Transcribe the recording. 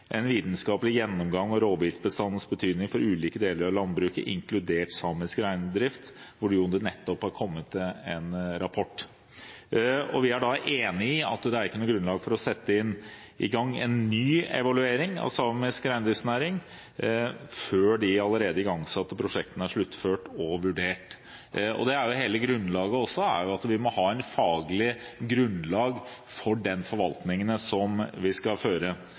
en vitenskapelig gjennomgang av rovviltbestandenes betydning for ulike deler av landbruket, inkludert samisk reindrift – hvor det jo nettopp har kommet en rapport. Vi er enig i at det ikke er noe grunnlag for å sette i gang en ny evaluering av samisk reindriftsnæring før de allerede igangsatte prosjektene er sluttført og vurdert. Det er også hele grunnlaget, at vi må ha et faglig grunnlag for den forvaltningen vi skal føre.